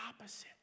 opposite